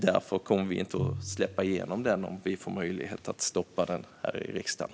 Därför kommer vi inte att släppa igenom det om vi får möjlighet att stoppa det här i riksdagen.